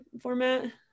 format